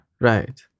Right